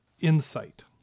insight